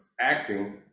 acting